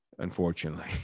unfortunately